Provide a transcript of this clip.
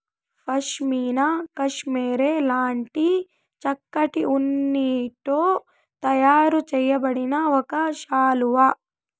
pashmina cashmere లాంటి చక్కటి ఉన్నితో తయారు చేయబడిన ఒక శాలువా